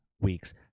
weeks